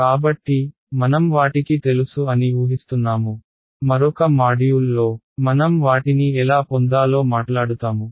కాబట్టి మనం వాటికి తెలుసు అని ఊహిస్తున్నాము మరొక మాడ్యూల్లో మనం వాటిని ఎలా పొందాలో మాట్లాడుతాము